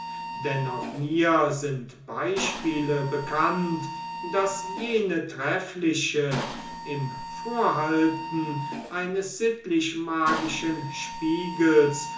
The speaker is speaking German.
denn auch mir sind beispiele bekannt daß jene treffliche im vorhalten eines sittlich magischen spiegels